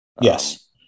Yes